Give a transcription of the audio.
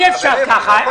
אי אפשר ככה,